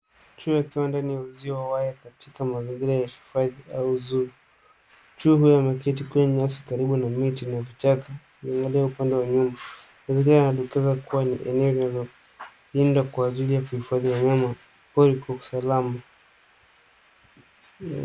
Chui akiwa ndani ya uzio wa waya katika mazingira ya hifadhi au zoo . Chui huyo ameketi kwenye nyasi karibu na miti na vichaka akiangalia upande wa nyuma. Mazingira yanadokeza kuwa ni eneo linalolindwa kwa ajili ya kuhifadhi wanyama kweli kwa usalama.